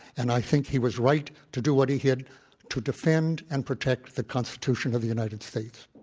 and i think he was right to do what he he did to defend and protect the constitution of the united states.